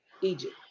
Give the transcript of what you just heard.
Egypt